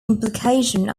implication